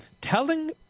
Telling